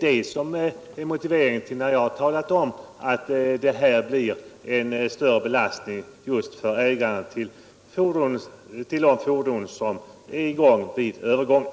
Detta är motiveringen till mitt påstående att det blir en större belastning just för ägarna till de fordon som är i drift vid övergången.